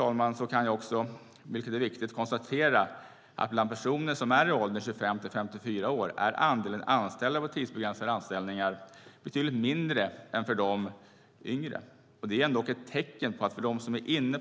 Till sist kan jag, vilket är viktigt, konstatera att andelen anställda med tidsbegränsade anställningar är betydligt mindre bland personer som är i åldern 25-54 år än bland de yngre.